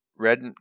Red